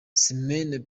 simone